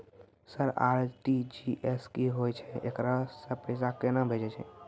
Sir RTGS की होय छै, एकरा से पैसा केना भेजै छै?